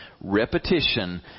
Repetition